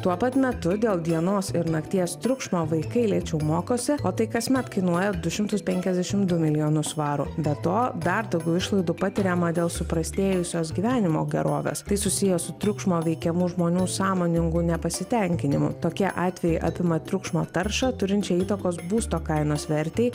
tuo pat metu dėl dienos ir nakties triukšmo vaikai lėčiau mokosi o tai kasmet kainuoja du šimtus penkiasdešim du milijonus svarų be to dar daugiau išlaidų patiriama dėl suprastėjusios gyvenimo gerovės tai susiję su triukšmo veikiamų žmonių sąmoningu nepasitenkinimu tokie atvejai apima triukšmo taršą turinčią įtakos būsto kainos vertei